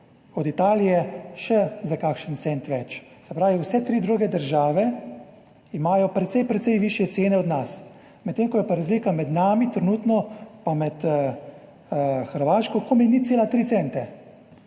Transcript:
Od Italije še za kakšen cent več. Se pravi, vse tri druge države imajo precej, precej višje cene od nas, medtem ko je pa razlika trenutno med nami in Hrvaško komaj 0,3 cente.